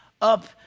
up